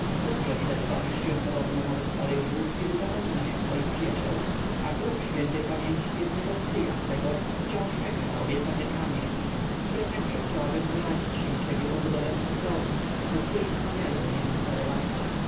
dobrze widać bawisz się podobno nawet w paryżu kiedy zapominasz o swoich przyjaciołach a grób ś p biednego stryja twego wciąż czeka na obiecany kamień i ja także chciałabym poradzić się ciebie o budowę cukrowni do której namawiają mnie na stare lata